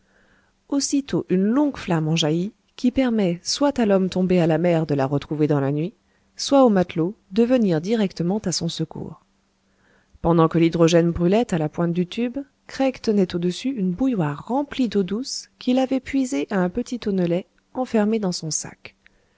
aussitôt une longue flamme en jaillit qui permet soit à l'homme tombé à la mer de la retrouver dans la nuit soit aux matelots de venir directement à son secours pendant que l'hydrogène brûlait à la pointe du tube craig tenait au-dessus une bouilloire remplie d'eau douce qu'il avait puisée à un petit tonnelet enfermé dans son sac